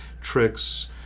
Tricks